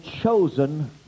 chosen